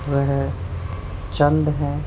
وہ چند ہیں